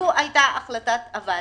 זו היתה החלטת הוועדה.